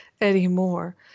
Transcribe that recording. anymore